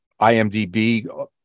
imdb